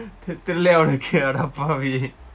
தெரியில்லை உனக்கு அட பாவி:theryillai unakku ada paavi